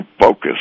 focus